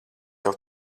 tev